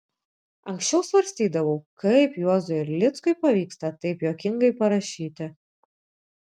anksčiau svarstydavau kaip juozui erlickui pavyksta taip juokingai parašyti